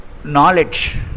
knowledge